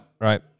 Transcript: right